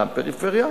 גם פריפריה,